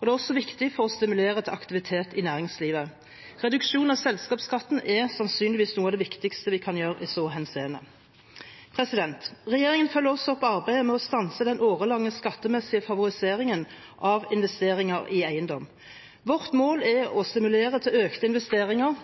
og det er også viktig for å stimulere til aktivitet i næringslivet. Reduksjon av selskapsskatten er sannsynligvis noe av det viktigste vi kan gjøre i så henseende. Regjeringen følger også opp arbeidet med stanse den årelange skattemessige favoriseringen av investeringer i eiendom. Vårt mål er å stimulere til økte investeringer